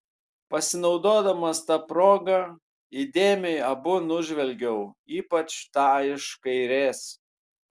pasinaudodamas ta proga įdėmiai abu nužvelgiau ypač tą iš kairės